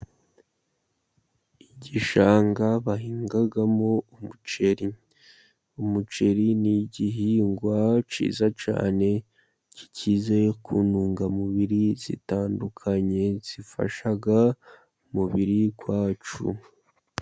Igishanga bahingamo umuceri. Umuceri ni igihingwa cyiza cyane, gikize ku ntungamubiri zitandukanye, zifasha umubiri wacu.